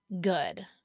Good